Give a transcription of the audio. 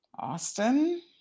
Austin